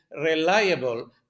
reliable